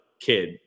kid